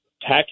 tax